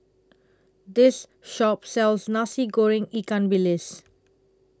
This Shop sells Nasi Goreng Ikan Bilis